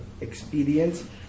experience